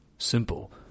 simple